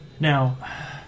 Now